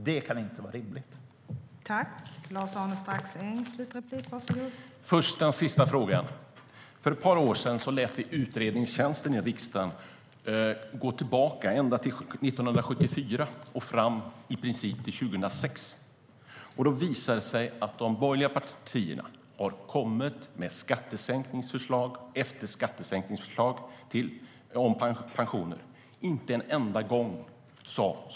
Det kan inte vara rimligt.